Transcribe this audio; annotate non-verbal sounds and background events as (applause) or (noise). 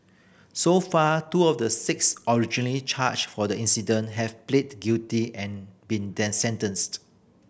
so far two of the six originally charged for the incident have pleaded guilty and been (unintelligible) sentenced